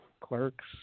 Clerks